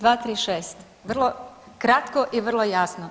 236., vrlo kratko i vrlo jasno.